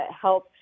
help